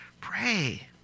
Pray